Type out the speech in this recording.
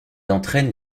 entraîne